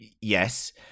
yes